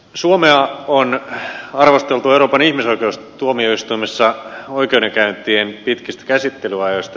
suomea on arvosteltu euroopan ihmisoikeustuomioistuimessa oikeudenkäyntien pitkistä käsittelyajoista